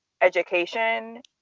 education